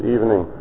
evening